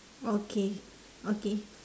okay okay